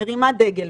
מרימה דגל,